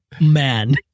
man